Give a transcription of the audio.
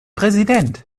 präsident